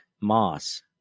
moss